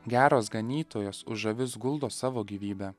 geras ganytojas už avis guldo savo gyvybę